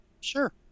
Sure